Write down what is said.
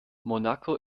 monaco